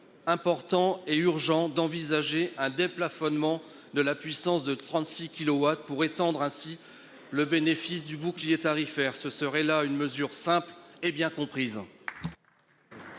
important et urgent d'envisager un déplafonnement de la puissance de 36 kilowatts pour étendre ainsi le bénéfice du bouclier tarifaire. Ce serait là une mesure simple et bien comprise.